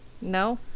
no